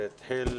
זה התחיל